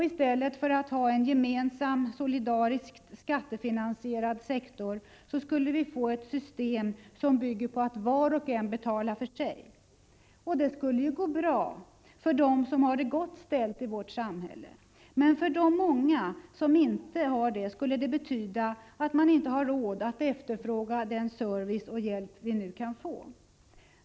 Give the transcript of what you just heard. I stället för att ha en gemensam, solidariskt skattefinansierad sektor skulle vi få ett system som bygger på att var och en betalar för sig själv. Det skulle ju gå bra för dem som har det gott ställt i vårt samhälle, men för de många som inte har det skulle det betyda att de inte hade råd att efterfråga den service och hjälp de nu kan få.